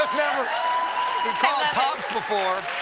never been called pops before.